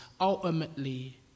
ultimately